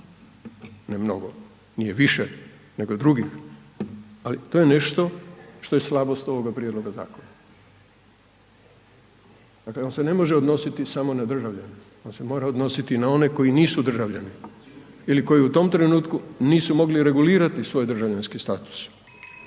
ne mnogo nije više nego drugih, ali to je nešto što je slabost ovoga prijedloga zakona. Dakle, on se ne može odnositi samo na državljane on se mora odnositi i na one koji nisu državljani ili koji u tom trenutku nisu mogli regulirati svoj državljanski status.